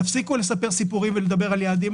תפסיקו לספר סיפורים ולדבר על יעדים,